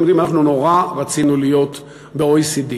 אנחנו מאוד רצינו להיות ב-OECD.